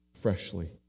freshly